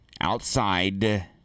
outside